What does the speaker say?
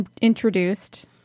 introduced